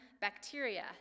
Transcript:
bacteria